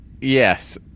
Yes